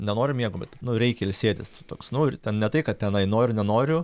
nenoriu miego bet reikia ilsėtis toks nu ir ten ne tai kad tenai noriu nenoriu